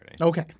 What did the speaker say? Okay